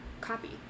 copy